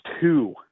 two